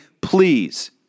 please